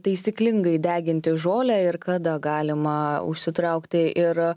taisyklingai deginti žolę ir kada galima užsitraukti ir